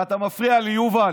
אתה מפריע לי, יובל,